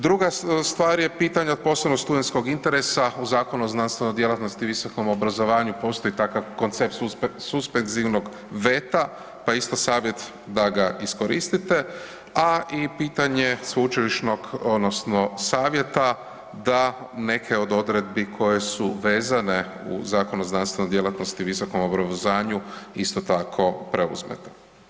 Druga stvar je pitanje od posebnog studentskog interesa u Zakonu o znanstvenoj djelatnosti i visokom obrazovanju postoji takav koncept suspenzivnog veta, pa isto savjet da ga iskoristite, a i pitanje sveučilišnog savjeta da neke od odredbi koje su vezane u Zakonu o znanstvenoj djelatnosti i visokom obrazovanju isto tako preuzmete.